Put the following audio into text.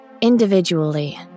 Individually